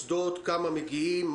ישיבות בכמה נושאים.